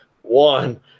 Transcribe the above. One